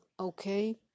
Okay